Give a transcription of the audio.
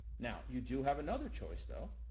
now, you do have another choice though,